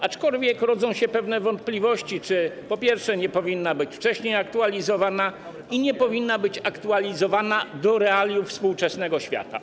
Aczkolwiek rodzą się pewne wątpliwości, czy po pierwsze nie powinna być wcześniej aktualizowana i nie powinna być aktualizowana do realiów współczesnego świata.